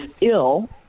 ill